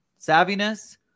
Savviness